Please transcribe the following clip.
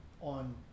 on